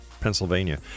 Pennsylvania